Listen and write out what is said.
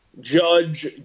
Judge